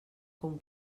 com